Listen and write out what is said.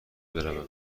بروم